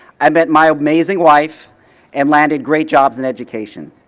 i met my amazing wife and landed great jobs in education.